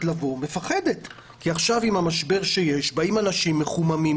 לבוא כי עכשיו עם המשבר שיש אנשים באים מחוממים,